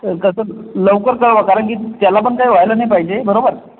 कसं लवकर जावा कारण की त्याला पण काही व्हायला नाही पाहिजे बरोबर